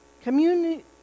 Community